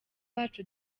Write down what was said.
wacu